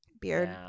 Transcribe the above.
beard